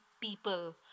people